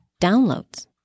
downloads